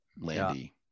Landy